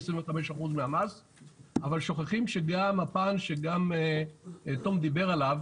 אבל שוכחים שהפן שגם תום דיבר עליו,